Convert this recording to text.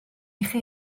chi